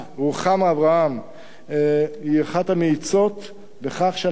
רוחמה אברהם היא אחת המאיצות בכך שאנחנו